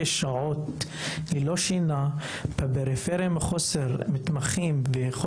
שעות ללא שינה מחוסר מתמחים בפריפריה,